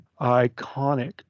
iconic